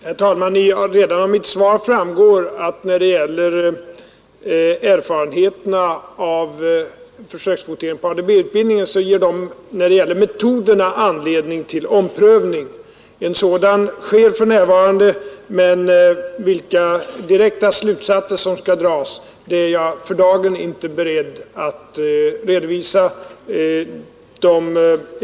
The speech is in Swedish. Herr talman! Redan av mitt svar framgår att erfarenheterna av försökskvotering i ADB-utbildningen ger anledning till omprövning när det gäller metoderna. En sådan sker för närvarande, men vilka direkta slutsatser som kan dras är jag för dagen inte beredd att redovisa.